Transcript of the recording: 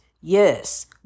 Yes